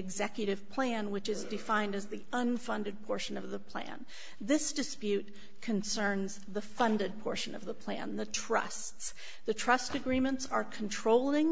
executive plan which is defined as the unfunded portion of the plan this dispute concerns the funded portion of the plan the trust's the trust agreements are controlling